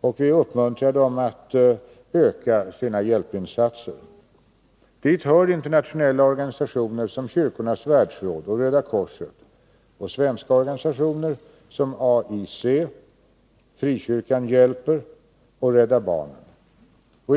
och vi uppmuntrar dem att öka sina hjälpinsatser. Dit hör internationella organisationer som Kyrkornas världsråd och Röda korset-och svenska organisationer som AIC, Frikyrkan hjälper och Rädda barnen.